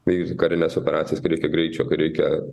vykdyti karines operacijas kai reikia greičio kai reikia